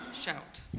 Shout